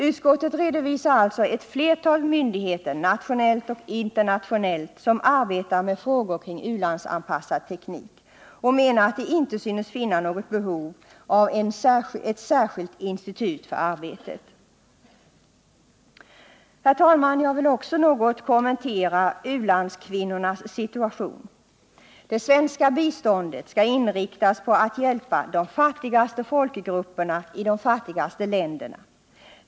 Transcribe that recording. Utskottet redovisar alltså ett flertal myndigheter, nationellt och internationellt, som arbetar med frågor kring u-landsanpassad teknik och menar att det inte synes finnas något behov av ett särskilt institut för arbetet. Herr talman! Jag vill också något kommentera u-landskvinnornas situation. Det svenska biståndet skall inriktas på att hjälpa de fattigaste folkgrupperna i de fattigaste länderna.